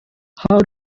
how